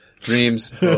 Dreams